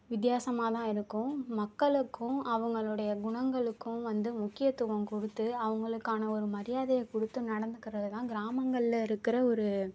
வித்தியாசமாகதான் இருக்கும் மக்களுக்கும் அவங்களுடய குணங்களுக்கும் வந்து முக்கியத்தும் கொடுத்து அவங்களுக்கான ஒரு மரியாதையை கொடுத்து நடந்துகிறதுதான் கிராமங்களில் இருக்கிற ஒரு